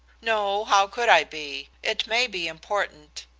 no how could i be? it may be important.